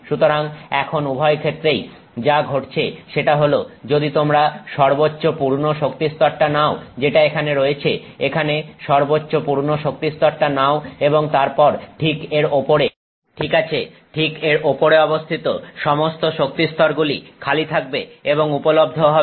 সুতরাং এখন উভয়ক্ষেত্রেই যা ঘটছে সেটা হল যদি তোমরা সর্বোচ্চ পূর্ণ শক্তিস্তরটা নাও যেটা এখানে রয়েছে এখানে সর্বোচ্চ পূর্ণ শক্তিস্তরটা নাও এবং তারপর ঠিক এর ওপরে ঠিক আছে ঠিক এর উপরে অবস্থিত সমস্ত শক্তিস্তর গুলি খালি থাকবে এবং উপলব্ধ হবে